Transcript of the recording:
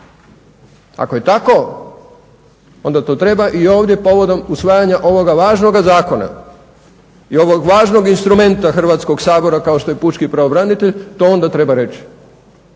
Ako je tako onda to treba i ovdje povodom usvajanja ovoga važnoga zakona i ovog važnog instrumenta Hrvatskog sabora kao što je pučki pravobranitelj to onda treba reći.